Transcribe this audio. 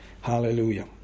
Hallelujah